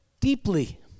deeply